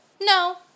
no